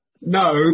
No